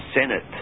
senate